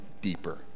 deeper